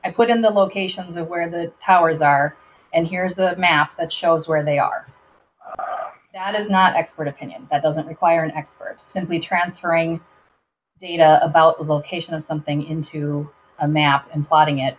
i put in the locations of where the towers are and here is the math that shows where they are that is not expert opinion that doesn't require an expert simply transferring data about the location of something into a map and putting it